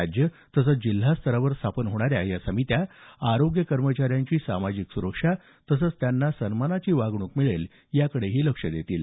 राज्य तसंच जिल्हा स्तरावर स्थापन होणाऱ्या या समित्या आरोग्य कर्मचाऱ्यांची सामाजिक सुरक्षा तसंच त्यांना सन्मानाची वागणूक मिळेल याकडेही लक्ष देतील